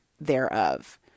thereof